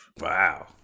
wow